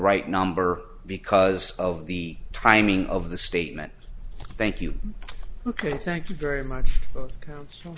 right number because of the timing of the statement thank you ok thank you very much